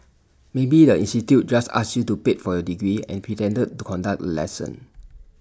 maybe the institute just asked you to pay for your degree and pretended to conduct the lesson